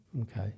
Okay